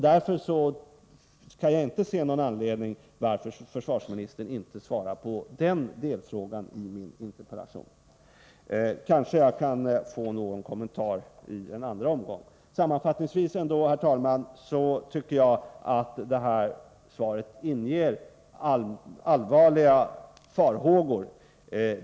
Därför kan jag inte se någon anledning till att försvarsministern inte besvarar den delfrågan i min interpellation. Kanske kan jag få någon kommentar i en andra omgång. Sammanfattningsvis, herr talman, tycker jag att svaret inger allvarliga farhågor.